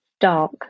Dark